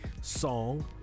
song